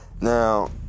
Now